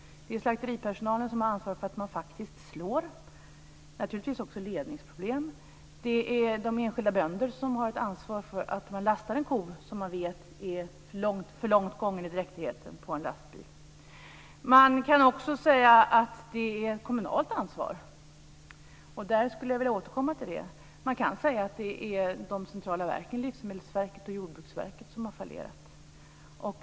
Det är slakteripersonalen som har ansvaret för att man faktiskt slår. Det är naturligtvis också ett ledningsproblem. Det är de enskilda bönderna som har ett ansvar för att man på en lastbil lastar en ko som man vet är för långt gången i dräktighet. Man kan också säga att det är ett kommunalt ansvar. Det skulle jag vilja återkomma till. Man kan säga att det är de centrala verken, Livsmedelsverket och Jordbruksverket, som har fallerat.